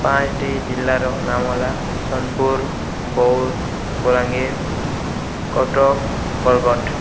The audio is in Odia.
ପାଞ୍ଚଟି ଜିଲ୍ଲାର ନାମ ହେଲା ସୋନପୁର ବୌଦ୍ଧ ବଲାଙ୍ଗୀର କଟକ ବରଗଡ଼